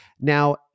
Now